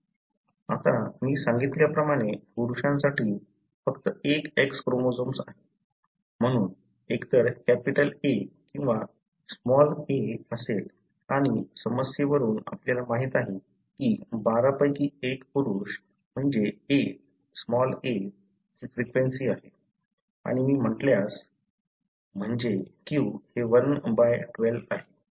आता मी सांगितल्याप्रमाणे पुरुषांसाठी फक्त एक X क्रोमोझोम्स आहे म्हणून एकतर कॅपिटल A किंवा लहान a असेल आणि समस्येवरून आपल्याला माहित आहे की 12 पैकी 1 पुरुष म्हणजे a ची फ्रिक्वेंसी आहे आणि मी म्हटल्यास म्हणजे q हे 1 बाय 12 आहे